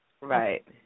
Right